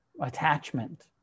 attachment